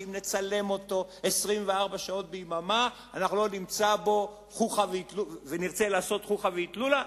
שאם נצלם אותו 24 שעות ביממה ונרצה לעשות חוכא ואטלולא,